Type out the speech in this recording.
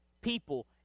people